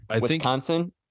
Wisconsin